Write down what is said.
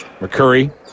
McCurry